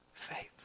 faith